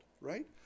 right